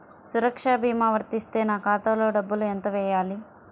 సురక్ష భీమా వర్తిస్తే నా ఖాతాలో డబ్బులు ఎంత వేయాలి?